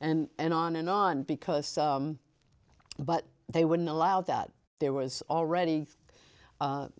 and and on and on because but they wouldn't allow that there was already